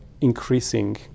increasing